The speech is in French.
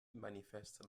manifeste